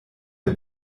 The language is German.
der